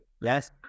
Yes